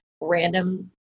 random